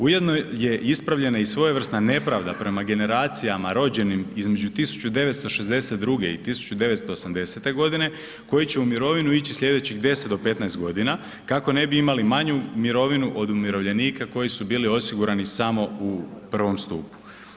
Ujedno je ispravljena i svojevrsna nepravda prema generacijama rođenim između 1962. i 1980. koji će u mirovinu ići slijedećih 10 do 15 godina kako ne bi imali manju mirovinu od umirovljenika koji su bili osigurani samo u prvom stupu.